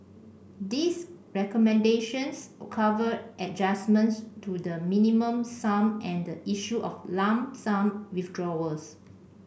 these recommendations cover adjustments to the Minimum Sum and the issue of lump sum withdrawals